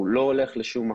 הוא לא הולך לשום מקום.